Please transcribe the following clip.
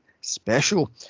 special